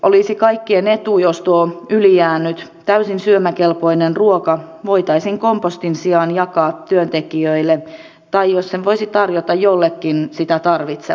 olisi kaikkien etu jos tuo ylijäänyt täysin syömäkelpoinen ruoka voitaisiin kompostin sijaan jakaa työntekijöille tai jos sen voisi tarjota jollekin sitä tarvitsevalle